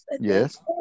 Yes